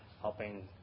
helping